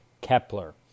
Kepler